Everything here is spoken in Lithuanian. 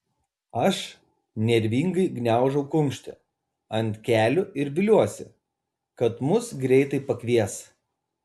aš nervingai gniaužau kumštį ant kelių ir viliuosi kad mus greitai pakvies